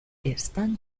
están